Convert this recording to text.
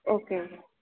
ஓகேங்க